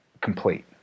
complete